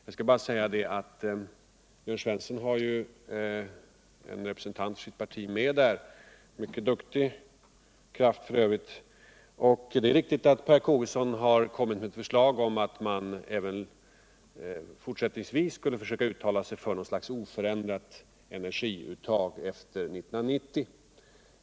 Jörn Svensson har ju en representant för sitt parti med i denna kommission, en mycket duktig kraft för övrigt. Det är riktigt att Per Kägeson har kommit med förslag om att man skulle försöka uttala sig för något slags oförändrat energiuttag efter 1990.